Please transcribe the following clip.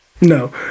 no